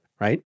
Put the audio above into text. right